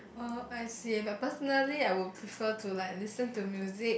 uh I see but personally I would prefer to like listen to music